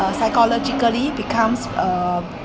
psychologically becomes uh